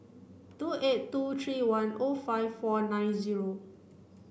two eight two three one O five four nine zero